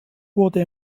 wurde